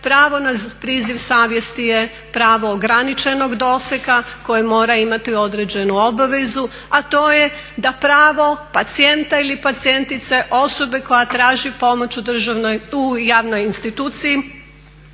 Pravo na priziv savjesti je pravo ograničenog dosega koje mora imati određenu obavezu, a to je da pravo pacijenta ili pacijentice osobe koja traži pomoć u javnoj instituciji